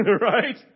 right